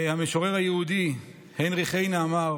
המשורר היהודי היינריך היינה אמר